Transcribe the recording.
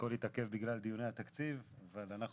הכול התעכב בגלל דיוני התקציב אבל אנחנו